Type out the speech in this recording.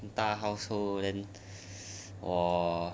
大 household then